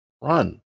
run